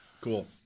Cool